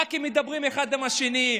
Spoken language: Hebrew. ח"כים מדברים אחד עם השני,